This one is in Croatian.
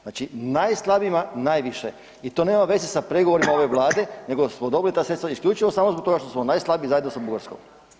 Znači, najslabijima najviše i to nema veze sa pregovorima ove Vlade nego smo dobili ta sredstva isključivo samo zbog toga najslabiji zajedno sa Bugarskom.